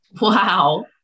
Wow